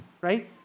right